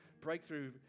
breakthrough